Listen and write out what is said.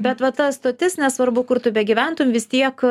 bet va ta stotis nesvarbu kur tu begyventum vis tiek